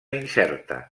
incerta